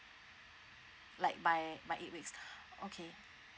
like my my eight weeks okay